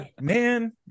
Man